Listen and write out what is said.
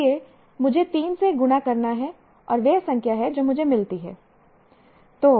इसलिए मुझे 3 से गुणा करना है और वह संख्या है जो मुझे मिलती है